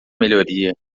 melhoria